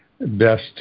best